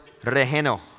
Regeno